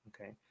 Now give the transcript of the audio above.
okay